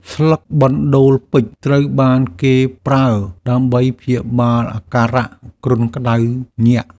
ស្លឹកបណ្តូលពេជ្រត្រូវបានគេប្រើដើម្បីព្យាបាលអាការៈគ្រុនក្តៅញាក់។